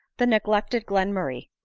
the ne glected glenmurray!